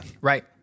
right